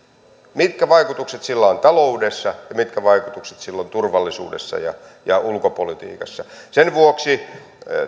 mitkä vaikutukset niillä on taloudessa ja mitkä vaikutukset niillä on turvallisuudessa ja ja ulkopolitiikassa sen vuoksi